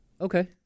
Okay